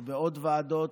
ועוד ועדות,